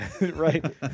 Right